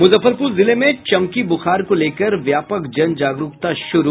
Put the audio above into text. मुजफ्फरपुर जिले में चमकी बुखार को लेकर व्यापक जन जागरूकता शुरू